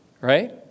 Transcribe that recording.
right